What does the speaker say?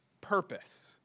purpose